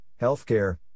healthcare